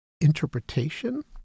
interpretation